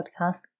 podcast